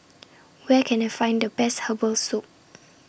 Where Can I Find The Best Herbal Soup